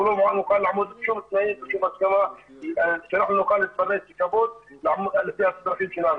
ואין שום הנגשה לשירותים בסיסיים של מים וחשמל.